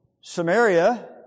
Samaria